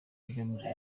igamije